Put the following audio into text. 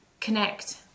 connect